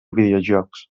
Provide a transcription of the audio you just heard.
videojocs